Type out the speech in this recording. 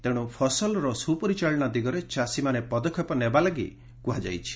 ତେଶୁ ଫସଲର ସୁପରିଚାଳନା ଦିଗରେ ଚାଷୀମାନେ ପଦକ୍ଷେପ ନେବା ଲାଗି କୁହାଯାଇଛି